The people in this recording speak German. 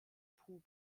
puh